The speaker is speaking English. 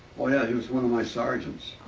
oh, yeah. he was one of my sergeants